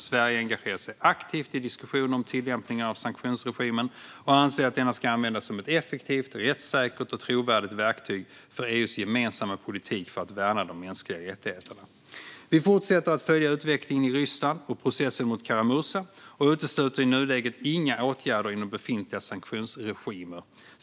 Sverige engagerar sig aktivt i diskussioner om tillämpningen av sanktionsregimen och anser att denna ska användas som ett effektivt, rättssäkert och trovärdigt verktyg för EU:s gemensamma politik för att värna de mänskliga rättigheterna. Vi fortsätter att följa utvecklingen i Ryssland och processen mot Kara-Murza och utesluter i nuläget inga åtgärder inom befintliga sanktionsregimer.